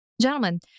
gentlemen